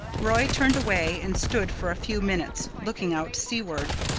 roy turned away and stood for a few minutes looking out seaward.